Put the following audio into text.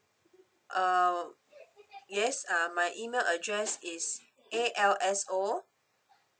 uh yes uh my email address is A L S O